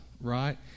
right